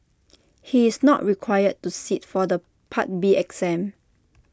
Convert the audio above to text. he is not required to sit for the part B exam